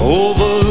over